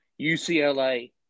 UCLA